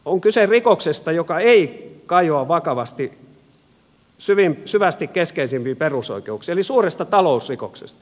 on kyse rikoksesta joka ei kajoa vakavasti syvästi keskeisimpiin perusoikeuksiin eli suuresta talousrikoksesta